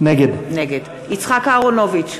נגד יצחק אהרונוביץ,